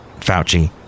Fauci